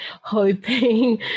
hoping